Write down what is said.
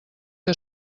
que